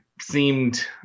seemed